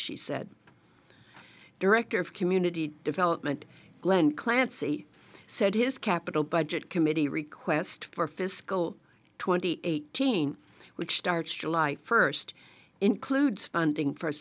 she said the director of community development glenn clancy said his capital budget committee request for fiscal twenty eighteen which starts july first includes funding for